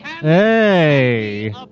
hey